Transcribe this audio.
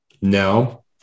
No